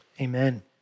amen